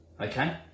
okay